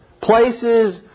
Places